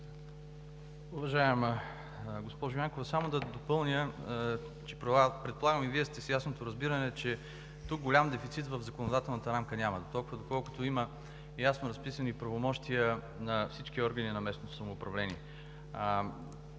Уважаема госпожо Янкова, само да допълня: предполагам, че и Вие сте с ясното разбиране, че тук голям дефицит в законодателната рамка няма, доколкото има ясно разписани правомощия на всички органи на местно самоуправление.